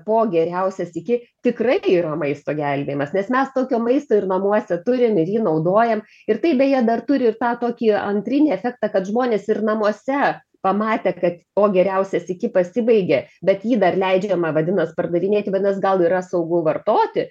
po geriausias iki tikrai yra maisto gelbėjimas nes mes tokio maisto ir namuose turim ir jį naudojam ir tai beje dar turi ir tą tokį antrinį efektą kad žmonės ir namuose pamatę kad o geriausias iki pasibaigė bet jį dar leidžiama vadinas pardavinėti vadinas gal yra saugu vartoti